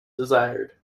desired